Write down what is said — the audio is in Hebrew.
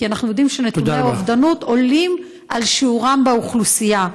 כי אנחנו יודעים שנתוני האובדנות עולים על שיעורם באוכלוסייה.